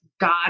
God